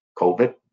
COVID